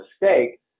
mistake